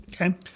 Okay